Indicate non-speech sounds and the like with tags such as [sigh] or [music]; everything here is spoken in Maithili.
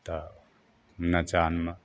तऽ ने चाहन [unintelligible] मे